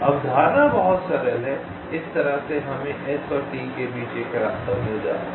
अवधारणा बहुत सरल है इस तरह से हमें S और T के बीच एक रास्ता मिल जाता है